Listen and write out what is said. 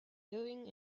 going